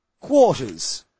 Quarters